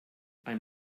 ein